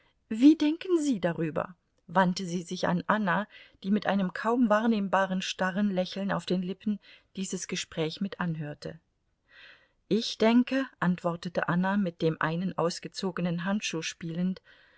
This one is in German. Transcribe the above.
wie denken sie darüber wandte sie sich an anna die mit einem kaum wahrnehmbaren starren lächeln auf den lippen dieses gespräch mit anhörte ich denke antwortete anna mit dem einen ausgezogenen handschuh spielend